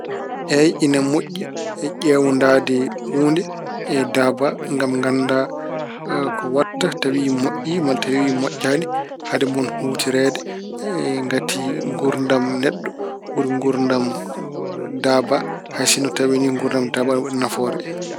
Eey, ene moƴƴi ƴeewndaade huunde e daaba ngam gannda ko waɗta. Tawi moƴƴi, maa tawi moƴƴaani hade mun huutoreede ngati nguurdam neɗɗo ɓuri nguurdam daaba haysinno tawi ni nguurdam daaba ene waɗi nafoore.